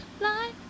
Light